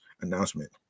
announcement